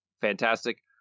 fantastic